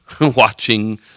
watching